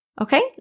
Okay